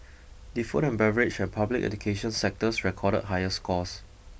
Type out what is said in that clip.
the food and beverage and public education sectors recorded higher scores